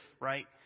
right